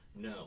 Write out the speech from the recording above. No